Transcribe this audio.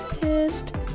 pissed